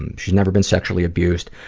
and she's never been sexually abused.